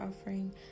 offering